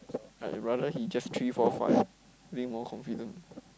I rather he just three four five I think more confident